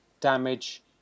damage